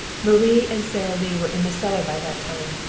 marie and sara lee were in the cellar by that time,